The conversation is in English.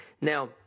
Now